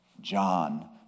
John